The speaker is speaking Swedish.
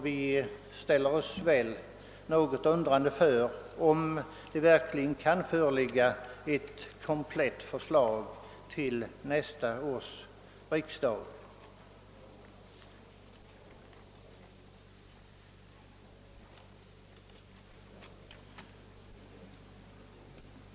Vi ställer oss något undrande till om ett komplett förslag verkligen kan föreligga till nästa års riksdag.